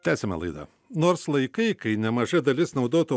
tęsiame laidą nors laikai kai nemaža dalis naudotų